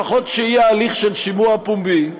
לפחות שיהיה הליך של שימוע פומבי.